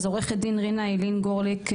אז עורכת הדין רינה איילין גורליק,